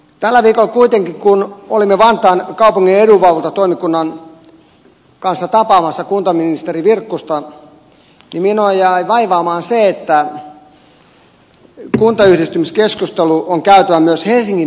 tällä viikolla kuitenkin kun olimme vantaan kaupungin edunvalvontatoimikunnan kanssa tapaamassa kuntaministeri virkkusta minua jäi vaivaamaan se että kuntayhdistymiskeskustelu on käytävä myös helsingin ympärillä